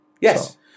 Yes